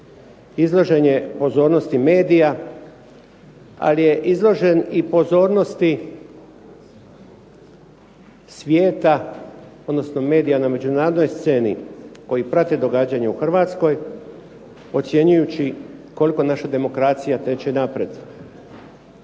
izložen je pozornosti medija, ali je izložen pozornosti svijeta, odnosno medija na međunarodnoj sceni koji prate događanja u Hrvatskoj ocjenjujući koliko naša demokracija teče naprijed.